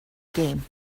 game